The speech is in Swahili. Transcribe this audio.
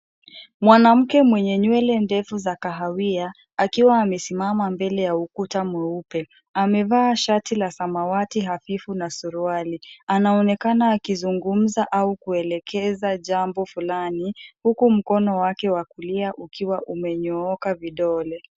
Mwanamke mwenye nywele ndefu za kahawia akiwa amesimama mbele ya ukuta mweupe. Amevaa shati la samawati hafifu na suruali. Anaonekana akizungumza au kuelekeza jambo fulani, huku mkono wake wa kulia ukiwa umenyooka vidole.